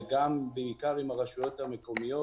ובעיקר עם הרשויות המקומיות.